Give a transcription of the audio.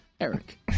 Eric